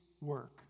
work